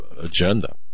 agenda